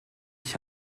ich